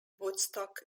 woodstock